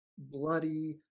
bloody